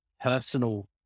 personal